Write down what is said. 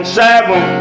seven